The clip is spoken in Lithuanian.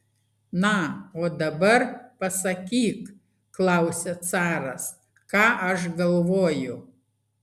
na o dabar pasakyk klausia caras ką aš galvoju